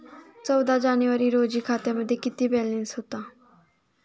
चौदा जानेवारी रोजी खात्यामध्ये किती बॅलन्स होता?